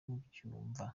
mubyumva